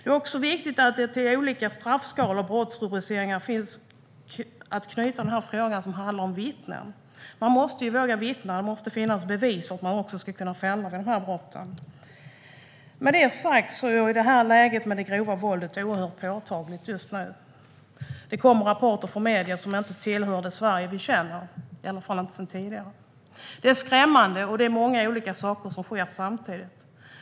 Det är också viktigt att till de olika straffskalor och brottsrubriceringar som finns knyta frågan om att vittnen måste våga vittna för att det ska finnas bevis så att man kan fälla dem som begår brotten. Läget med det grova våldet är oerhört påtagligt just nu. Det kommer rapporter från medierna som visar ett Sverige som vi inte känner. Det är skrämmande, och många olika saker sker samtidigt.